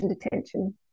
detention